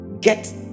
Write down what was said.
get